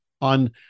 on